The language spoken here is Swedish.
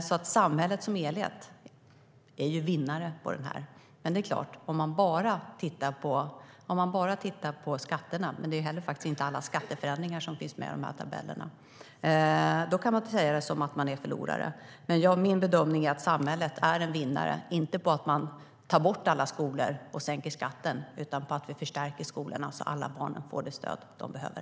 Därför är samhället som helhet vinnare på denna budget. Men om man bara tittar på skatterna - men inte heller alla skatteförändringar finns med i dessa tabeller - kan man säga att man är förlorare. Men min bedömning är att samhället är en vinnare, inte för att man tar bort alla skolor och sänker skatten utan för att vi förstärker skolorna så att alla barn får det stöd som de behöver.